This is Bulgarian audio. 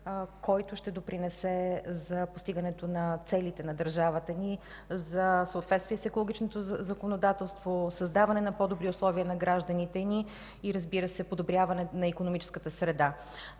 който ще допринесе за постигането на целите на държавата ни за съответствие с екологичното законодателство, създаване на по-добри условия на гражданите ни и, разбира се, подобряване на икономическата среда.